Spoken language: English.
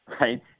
Right